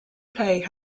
play